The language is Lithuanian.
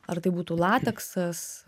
ar tai būtų lateksas